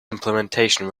implementation